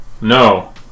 No